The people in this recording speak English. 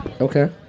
Okay